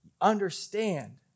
understand